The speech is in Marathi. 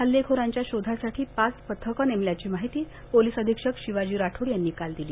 हल्लेखोरांच्या शोधासाठी पाच पथके नेमल्याची माहिती पोलीस अधीक्षक शिवाजी राठोड यांनी काल दिली